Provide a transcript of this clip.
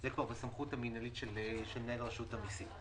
זה כבר בסמכות המינהלית של מנהל רשות המיסים.